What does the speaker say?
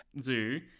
zoo